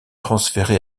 transféré